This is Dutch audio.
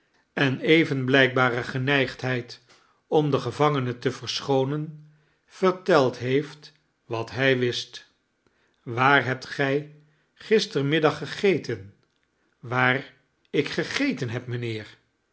en even blijkbare geneigdheid om den gevangene te verschoonen verteld heeft wat hij wist waar hebt gij gisterenmiddag gegeten waar ik gegeten heb mijnheer